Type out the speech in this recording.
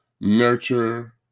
nurture